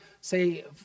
say